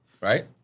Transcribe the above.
right